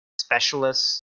specialists